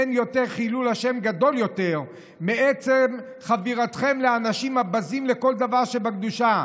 אין חילול השם גדול יותר מעצם חבירתכם לאנשים הבזים לכל דבר שבקדושה.